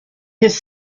his